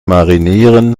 marinieren